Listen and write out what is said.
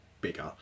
bigger